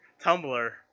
Tumblr